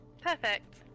Perfect